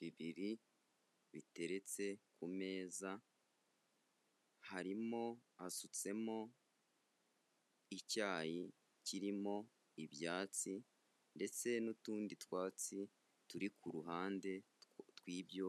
Bibiri biteretse ku meza, harimo hasutsemo icyayi kirimo ibyatsi ndetse n'utundi twatsi turi ku ruhande rw'ibyo